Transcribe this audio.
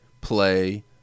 play